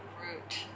root